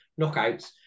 knockouts